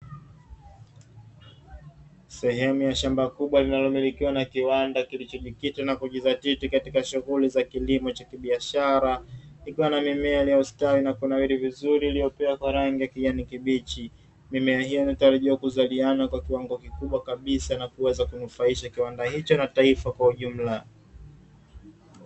Sehemu ya shamba kubwa linalomilikiwa na kiwanda ilichojikita na kujizatiti katika shughuli za kilimo cha kibiashara likiwa na mimea iliyo stawi na kunawiri vizuri iliyopewa rangi ya kijani kibichi. Mimea hiyo inatarajiwa kuzaliana kwa kiwango kikubwa kabisa na kuweza kunufaisha kiwanda hicho na taifa kwa ujumla.